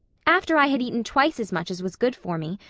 after i had eaten twice as much as was good for me,